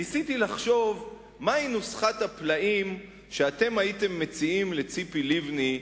ניסיתי לחשוב מהי נוסחת הפלאים שאתם הייתם מציעים לציפי לבני,